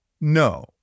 no